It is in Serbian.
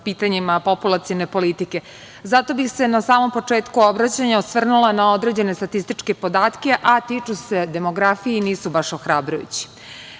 pitanjima populacione politike. Zato bih se na samom početku obraćanja osvrnula na određene statističke podatke, a tiču se demografije i nisu baš ohrabrujući. Prema